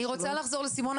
אני רוצה לחזור לסימונה.